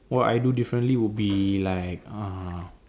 what I do differently would be like uh